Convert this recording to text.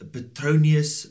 Petronius